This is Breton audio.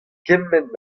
kement